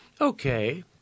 Okay